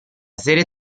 serie